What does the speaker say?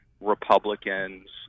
Republicans